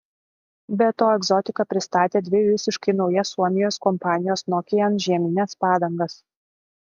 be to egzotika pristatė dvi visiškai naujas suomijos kompanijos nokian žiemines padangas